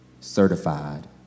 certified